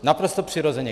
Naprosto přirozeně.